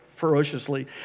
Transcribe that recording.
ferociously